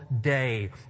day